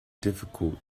difficult